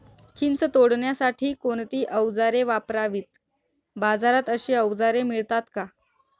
चिंच तोडण्यासाठी कोणती औजारे वापरावीत? बाजारात अशी औजारे मिळतात का?